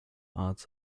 arts